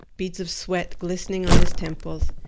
beads of sweat glistening on his temples,